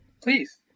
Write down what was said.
please